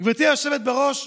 גברתי היושבת בראש,